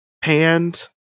panned